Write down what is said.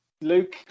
Luke